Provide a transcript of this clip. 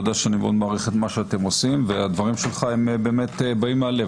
אתה יודע שאני מאוד מעריך את מה שאתם עושים והדברים שלך באים מהלב,